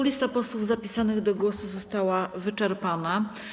Lista posłów zapisanych do głosu została wyczerpana.